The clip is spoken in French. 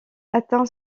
atteint